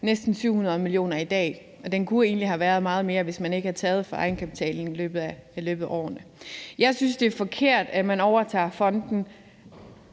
næsten 700 mio. kr. i dag, og den kunne egentlig have været på meget mere, hvis man ikke havde taget fra egenkapitalen i løbet af årene. Jeg synes, det er forkert, at man overtager fonden